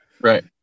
Right